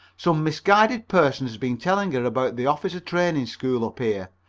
some misguided person had been telling her about the officer training school up here,